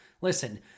Listen